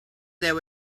there